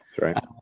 right